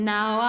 Now